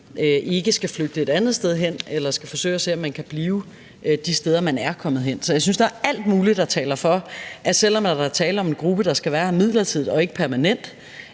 ikke skal flytte et andet sted hen, men kan forsøge at se, om man kan blive det sted, man er kommet hen. Så jeg synes, der er alt muligt, der taler for, at selv om der er tale om en gruppe, der skal være her midlertidigt og ikke permanent,